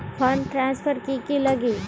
Fund transfer कि की लगी?